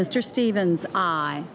mr stevens i